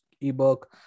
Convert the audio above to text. ebook